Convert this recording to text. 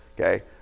Okay